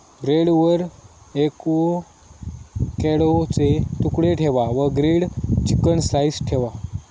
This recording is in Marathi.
ब्रेडवर एवोकॅडोचे तुकडे ठेवा वर ग्रील्ड चिकन स्लाइस ठेवा